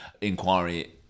inquiry